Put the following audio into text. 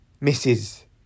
misses